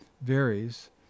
varies